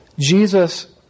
Jesus